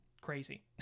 crazy